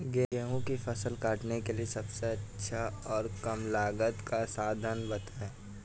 गेहूँ की फसल काटने के लिए सबसे अच्छा और कम लागत का साधन बताएं?